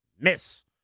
miss